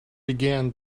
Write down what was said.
began